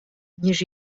ніж